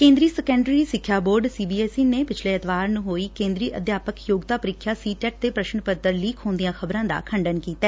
ਕੇਂ ਦਰੀ ਸੈਕੰਡਰੀ ਸਿੱਖਿਆ board C B S C ਨੇ ਪਿਛਲੇ ਐਤਵਾਰ ਨੂੰ ਹੋਈ ਕੇਂ ਦਰੀ ਅਧਿਆਪਕ ਯੋਗਤਾ ਪ੍ਰੀਖਿਆ ਸੀਟੈਟ ਦੇ ਪ੍ਰਸ਼ਨ ਪੱਤਰ ਲੀਕ ਹੋਣ ਦੀਆਂ ਖ਼ਬਰਾਂ ਦਾ ਖੰਡਨ ਕੀਤੈ